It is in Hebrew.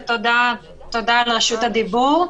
שלום רב ותודה על רשות הדיבור.